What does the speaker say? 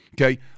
okay